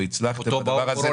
והצלחתם בדבר הזה,